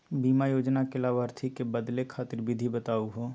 बीमा योजना के लाभार्थी क बदले खातिर विधि बताही हो?